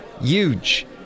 huge